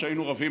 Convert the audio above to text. כשהיינו רבים,